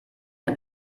ein